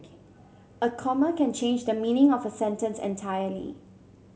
a comma can change the meaning of a sentence entirely